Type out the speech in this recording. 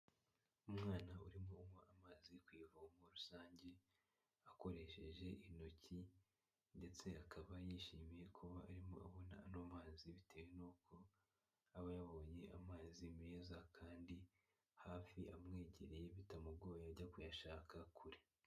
Umwana urimo uywa amazi ku ivomo rusange akoresheje intoki, ndetse akaba yishimiye kuba arimo abona ano mazi bitewe n'uko, aba yabonye amazi meza kandi hafi amwegereye bitamugoye ajya kuyashaka kure.